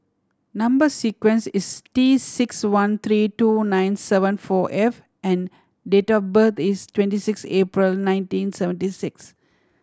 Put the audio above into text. number sequence is T six one three two nine seven four F and date of birth is twenty six April nineteen seventy six